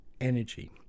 energy